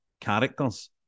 characters